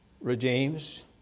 regimes